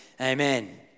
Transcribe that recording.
Amen